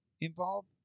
involved